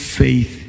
faith